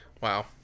Wow